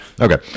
Okay